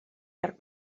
llarg